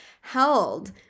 held